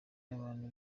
n’abantu